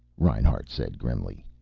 reinhart said grimly.